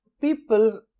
people